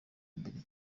imbere